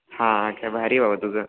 हां काय भारी बाबा तुझं